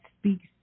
speaks